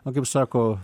na kaip sako